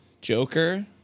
Joker